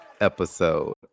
episode